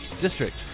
district